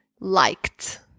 liked